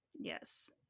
Yes